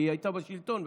כי היא הייתה בשלטון.